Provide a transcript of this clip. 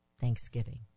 thanksgiving